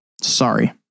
Sorry